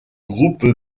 groupe